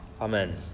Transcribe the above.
Amen